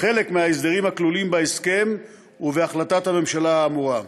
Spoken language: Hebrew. חלק מההסדרים הכלולים בהסכם ובהחלטת הממשלה האמורה.